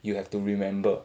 you have to remember